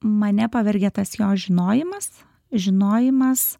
mane pavergė tas jo žinojimas žinojimas